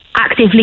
actively